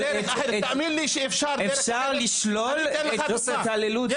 תאמין לי שיש דרך אחרת, אתן לך דוגמה.